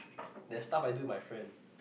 there stuff I do my friends